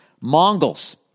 Mongols